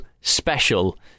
Special